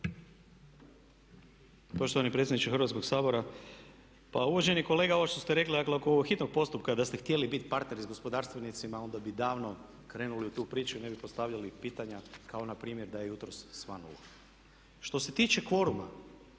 Poštovani predsjedniče Hrvatskog sabora, pa uvaženi kolega ovo što ste rekli, dakle oko ovog hitnog postupka da ste htjeli bit partneri sa gospodarstvenicima onda bi davno krenuli u tu priču i ne bi postavljali pitanja kao na primjer da je jutros svanulo. Što se tiče kvoruma,